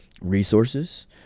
resources